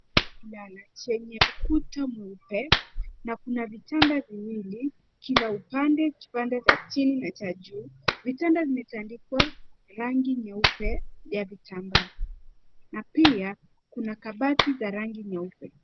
Chumba chenye ukuta mweupe na kuna vitanda viwili kila upande Kitanda cha chini na cha juu. Vitanda vimetandikwa rangi nyeupe cha vitambaa. Na pia kuna kabati la rangi nyeupe.